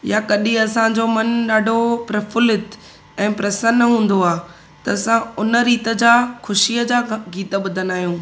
या कॾहिं असांजो मनु ॾाढो प्रफुल्लित ऐं प्रसन्न हूंदो आहे त असां उन रीत जा ख़ुशीअ जा ग गीत ॿुधंदा आहियूं